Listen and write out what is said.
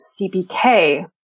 CPK